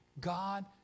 God